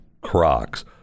Crocs